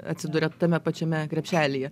atsiduria tame pačiame krepšelyje